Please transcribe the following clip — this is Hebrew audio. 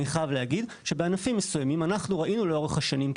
אני חייב להגיד שבענפים מסוימים אנחנו ראינו לאורך השנים,